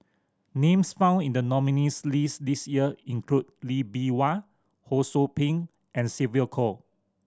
names found in the nominees' list this year include Lee Bee Wah Ho Sou Ping and Sylvia Kho